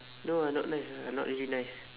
no ah not nice ah not really nice